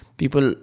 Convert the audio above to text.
people